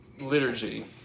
liturgy